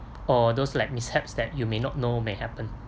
or those like mishaps that you may not know may happen